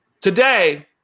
today